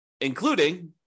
including